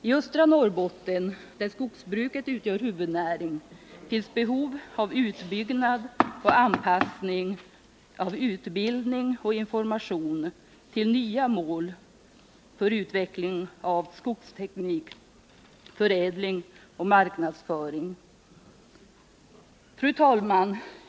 I östra Norrbotten, där skogsbruket utgör huvudnäring, finns behov av utbyggnad och anpassning av utbildning och information till nya mål för utveckling av skogsteknik, förädling och marknadsföring. Fru talman!